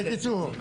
בקיצור,